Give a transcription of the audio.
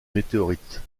météorite